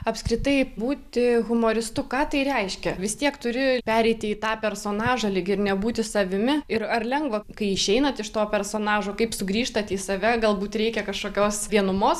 apskritai būti humoristu ką tai reiškia vis tiek turi pereiti į tą personažą lyg ir nebūti savimi ir ar lengva kai išeinat iš to personažo kaip sugrįžtat į save galbūt reikia kažkokios vienumos